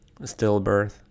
stillbirth